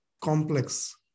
complex